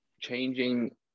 changing